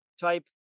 type